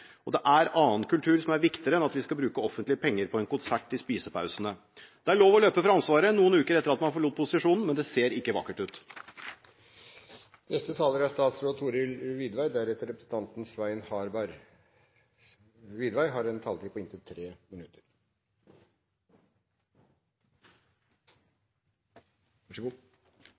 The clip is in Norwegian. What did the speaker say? å se poenget. Annen kultur er viktigere, og vi skal ikke bruke offentlige penger på en konsert i spisepausen. Det er lov å løpe fra ansvaret noen uker etter at man forlot posisjonen, men det ser ikke vakkert ut. Først av alt vil jeg gjerne takke dagens talere for engasjert og inspirerende debatt. Det er historisk at til sammen fire kulturministre – tre